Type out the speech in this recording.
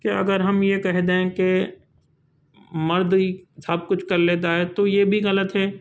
کہ اگر ہم یہ کہ دیں کہ مرد ہی سب کچھ کر لیتا ہے تو یہ بھی غلط ہے